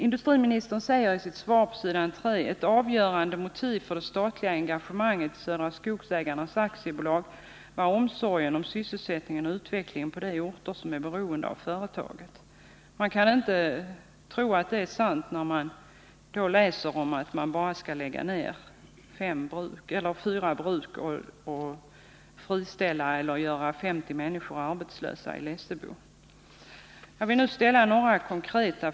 Industriministern säger i sitt svar: ”Ett avgörande motiv för det statliga engagemanget i Södra Skogsägarna AB var omsorgen om sysselsättningen och utvecklingen på de orter som är beroende av företaget.” Man kan inte tro att det är sant när man då läser om att företaget helt enkelt skall lägga ner fyra bruk och göra 50 människor i Lessebo arbetslös 1.